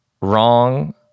wrong